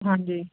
ਹਾਂਜੀ